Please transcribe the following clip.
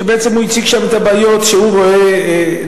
שבעצם הוא הציג שם את הבעיות שהוא רואה עדיין,